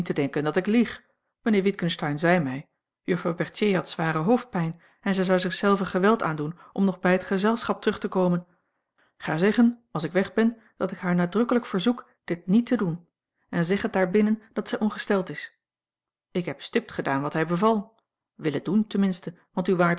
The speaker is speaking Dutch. denken dat ik lieg mijnheer witgensteyn zei mij juffrouw berthier had zware hoofdpijn en zij zou zich zelve geweld aandoen om nog bij het gezelschap terug te komen ga zeggen als ik weg ben dat ik haar nadrukkelijk verzoek dit niet te doen en zeg het daar binnen dat zij ongesteld is ik heb stipt gedaan wat hij beval willen doen ten minste want u waart